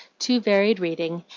too varied reading,